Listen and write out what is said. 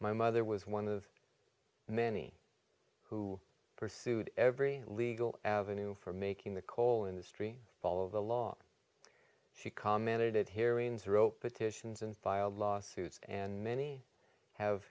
my mother was one of many who pursued every legal avenue for making the coal industry follow the law she commented hearing zero petitions and filed lawsuits and many have